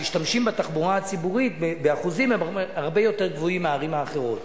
אחוז המשתמשים בתחבורה הציבורית בה הוא הרבה יותר גבוה מבערים האחרות.